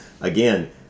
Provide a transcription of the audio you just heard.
again